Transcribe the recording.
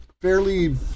fairly